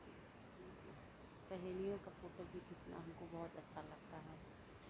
सहेलियों का फोटो भी खींचना हमको बहुत अच्छा लगता है